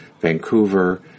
Vancouver